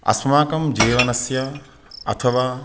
अस्माकं जीवनस्य अथवा